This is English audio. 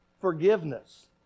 Forgiveness